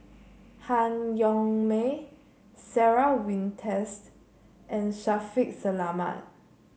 Han Yong May Sarah Winstedt and Shaffiq Selamat